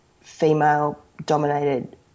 female-dominated